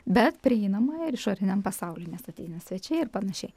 bet prieinama ir išoriniam pasauliui nes ateina svečiai ir panašiai